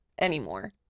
anymore